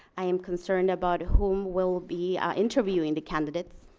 i am concerned about whom will be interviewing the candidates.